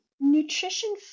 Nutrition